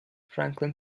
franklin